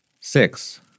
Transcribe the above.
Six